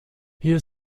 hier